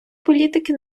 політики